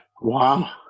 Wow